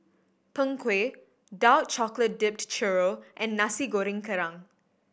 Png Kueh dark chocolate dipped churro and Nasi Goreng Kerang